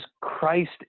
Christ